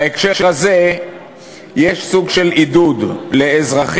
בהקשר הזה יש סוג של עידוד לאזרחים,